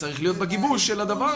בעדכון של המידע ובגורמים שיכולים לקבל